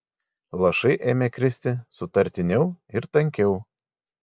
lašai ėmė kristi sutartiniau ir tankiau